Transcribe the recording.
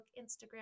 Instagram